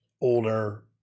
older